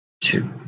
two